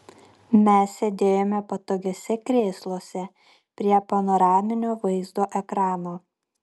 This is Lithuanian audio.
mes sėdėjome patogiuose krėsluose prie panoraminio vaizdo ekrano